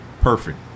Perfect